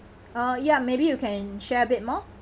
oo ya maybe you can share a bit more